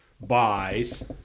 buys